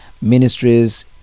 ministries